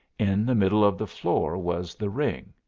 in the middle of the floor was the ring.